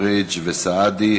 פריג' וסעדי.